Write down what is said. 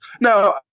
Now –